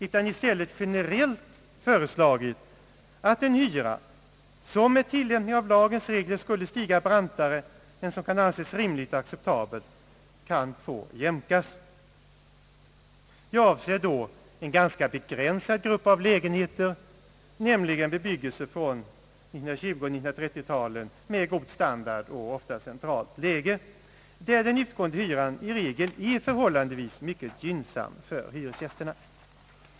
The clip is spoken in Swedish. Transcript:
Man borde i stället generellt ha föreslagit att en hyra som med tillämpning av lagens regler skulle stiga brantare än vad som kan anses rimligt och acceptabelt kan få jämkas. Jag avser då en ganska begränsad grupp av lägenheter, nämligen i bebyggelsen från 1920 och 1930-talen med god standard och ofta centralt läge, där den utgående hyran i regel är förhållandevis mycket gynnsam för hyresgästerna.